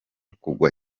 kugwa